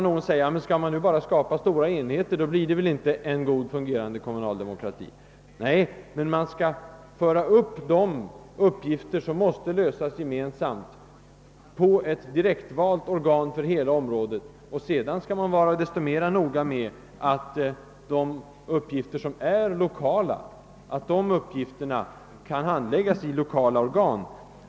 Någon kanske säger, att det inte kan bli en bra demokrati om man bara skapar stora enheter. Nej, men man skall överföra de uppgifter som måste lösas gemensamt till ett direktvalt organ för hela området, och sedan skall man vara så mycket mer noggrann med att de 1okala uppgifterna handläggs av lokala organ.